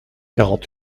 quarante